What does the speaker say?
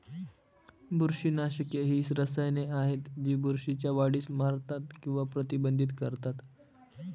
बुरशीनाशके ही रसायने आहेत जी बुरशीच्या वाढीस मारतात किंवा प्रतिबंधित करतात